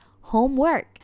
homework